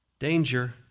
Danger